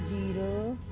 zero